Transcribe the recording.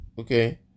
Okay